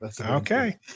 Okay